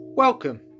welcome